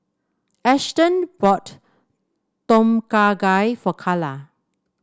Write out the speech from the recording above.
Ashton bought Tom Kha Gai for Kala